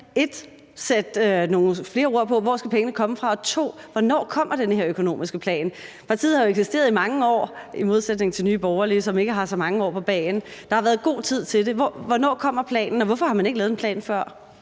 sætte nogle flere ord på, 1) hvor pengene skal komme fra, og 2) hvornår den her økonomiske plan kommer? Partiet har jo eksisteret i mange år i modsætning til Nye Borgerlige, som ikke har så mange år på bagen; der har været god tid til det. Hvornår kommer planen, og hvorfor har man ikke lavet en plan før?